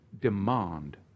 demand